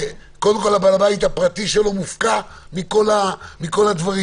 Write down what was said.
קודם כל בעל הבית הפרטי שלו מופקע מכל הדברים,